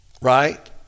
right